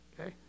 okay